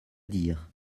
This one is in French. dire